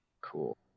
Cool